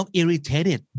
irritated